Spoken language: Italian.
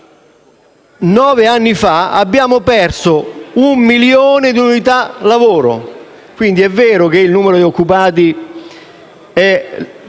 nove anni fa abbiamo perso un milione di unità lavoro. È vero che il numero di occupati è